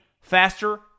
faster